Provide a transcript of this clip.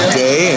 day